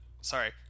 sorry